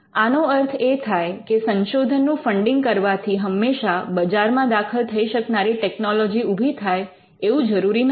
આનો અર્થ એ થાય કે સંશોધનનું ફંડિંગ કરવાથી હંમેશા બજારમાં દાખલ થઈ શકનારી ટેકનોલોજી ઊભી થાય એવું જરૂરી નથી